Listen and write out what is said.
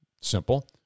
Simple